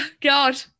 God